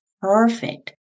perfect